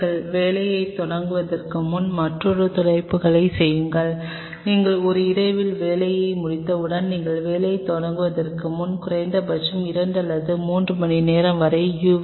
நீங்கள் வேலையைத் தொடங்குவதற்கு முன் மற்றொரு துடைப்பைச் செய்யுங்கள் நீங்கள் ஒரே இரவில் வேலையை முடித்தவுடன் நீங்கள் வேலையைத் தொடங்குவதற்கு முன் குறைந்தபட்சம் 2 முதல் 3 மணிநேரம் வரை யு